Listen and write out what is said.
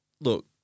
Look